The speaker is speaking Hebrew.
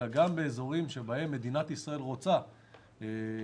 אלא גם באזורים שבהם מדינת ישראל רוצה לקדם,